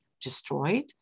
destroyed